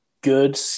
good